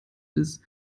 bis